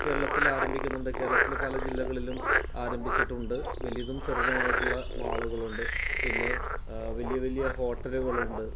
കേരളത്തിൽ ആരംഭിക്കുന്നുണ്ട് കേരളത്തിൽ പല ജില്ലകളിലും ആരംഭിച്ചിട്ടുണ്ട് വലിയതും ചെറുതുമായിട്ടുള്ള മാളുകളുണ്ട് പിന്നെ വലിയ വലിയ ഹോട്ടലുകളുണ്ട്